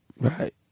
Right